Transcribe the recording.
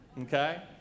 okay